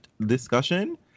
discussion